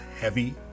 heavy